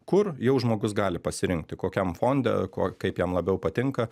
kur jau žmogus gali pasirinkti kokiam fonde kuo kaip jam labiau patinka